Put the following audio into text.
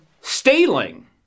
stealing